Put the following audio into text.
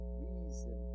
reason